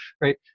Right